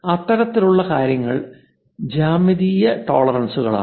അത്തരത്തിലുള്ള കാര്യങ്ങൾ ജ്യാമിതീയ ടോളറൻസുകളാണ്